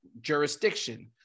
jurisdiction